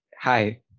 Hi